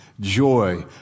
joy